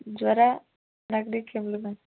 ಜ್ವರ ನೆಗಡಿ ಕೆಮ್ಮು ಮ್ಯಾಮ್